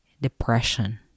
depression